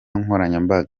nkoranyambaga